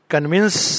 convince